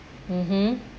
mmhmm